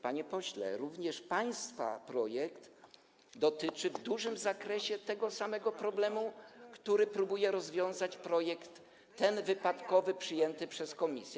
Panie pośle, również państwa projekt dotyczy w dużym zakresie tego samego problemu, który próbuje rozwiązać ten projekt wypadkowy przyjęty przez komisję.